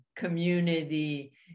community